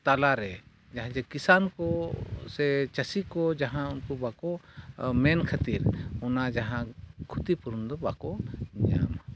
ᱛᱟᱞᱟᱨᱮ ᱡᱟᱦᱟᱸᱭ ᱡᱮ ᱠᱤᱥᱟᱱ ᱠᱚ ᱥᱮ ᱪᱟᱹᱥᱤ ᱠᱚ ᱡᱟᱦᱟᱸ ᱩᱱᱠᱩ ᱵᱟᱠᱚ ᱢᱮᱱ ᱠᱷᱟᱹᱛᱤᱨ ᱚᱱᱟ ᱡᱟᱦᱟᱸ ᱠᱷᱩᱛᱤ ᱯᱩᱨᱩᱱ ᱫᱚ ᱵᱟᱠᱚ ᱧᱟᱢᱟ